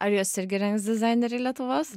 ar juos irgi rengs dizaineriai lietuvos